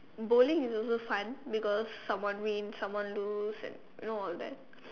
bowling is also fun because someone win someone lose you know all of that